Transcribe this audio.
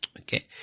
Okay